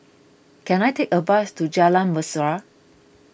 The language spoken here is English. can I take a bus to Jalan Mesra